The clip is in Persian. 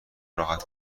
راحت